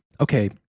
okay